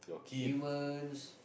humans